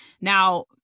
Now